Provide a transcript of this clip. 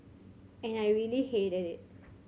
and I really hated it